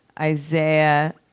Isaiah